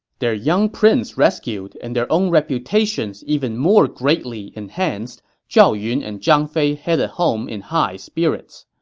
their young prince rescued and their own reputations even more greatly enhanced, zhao yun and zhang fei headed home in high spirits.